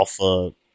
alpha